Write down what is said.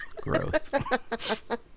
Growth